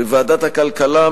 בוועדת הכלכלה,